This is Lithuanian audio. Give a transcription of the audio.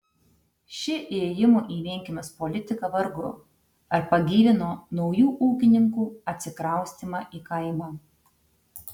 ši ėjimo į vienkiemius politika vargu ar pagyvino naujų ūkininkų atsikraustymą į kaimą